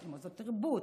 עם מוסדות תרבות,